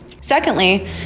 Secondly